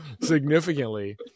significantly